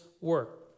work